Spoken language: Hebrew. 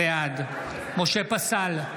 משה פסל,